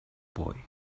boy